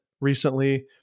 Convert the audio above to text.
recently